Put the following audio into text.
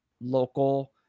local